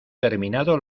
terminado